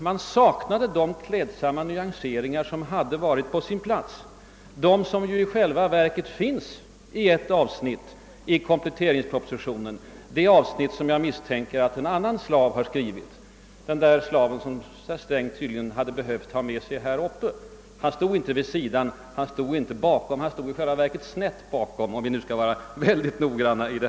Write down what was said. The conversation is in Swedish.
Man saknade de klädsamma nyanseringar som hade varit på sin plats och som i själva verket finns i ett avsnitt av kompletteringspropositionen — det avsnitt som jag misstänker att en annan »slav» har skrivit, den slav som herr Sträng tydligen nu hade behövt ha med sig i talarstolen. Den romerske slaven stod för övrigt inte vid sidan och inte bakom heller, han stod i själva verket snett bakom, om vi skall vara riktigt noggranna!